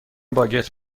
باگت